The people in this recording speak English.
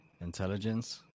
intelligence